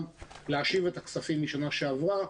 גם להשיב את הכספים משנה שעברה,